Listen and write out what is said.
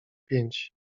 pięć